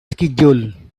schedule